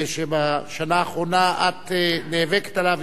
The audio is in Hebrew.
ושבשנה האחרונה את נאבקת עליה,